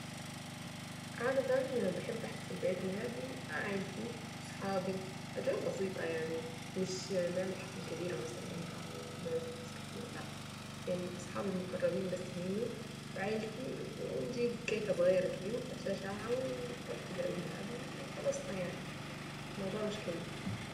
عادة بحب احتفل بعيد ميلادي مع عيلتي صحابي واجواء بسيطة يعني مش نعمل حفلة كبيرة مثلا او نعزم ناس كتيرة، لأ يعني اصحابي المقربين بس مني وعيلتي ونجيب كيكة صغيرة كده ونحط فيها شمعة عيد ميلاد وخلصنا يعني الموضوع مش كبير.